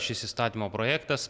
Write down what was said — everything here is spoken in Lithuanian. šis įstatymo projektas